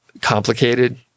complicated